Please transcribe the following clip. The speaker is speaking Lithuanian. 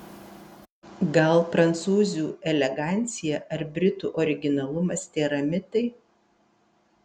gal prancūzių elegancija ar britų originalumas tėra mitai